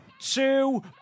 two